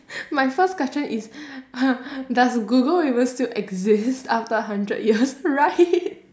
my first question is does google even still exist after a hundred years right